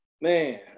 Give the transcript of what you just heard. Man